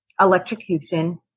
electrocution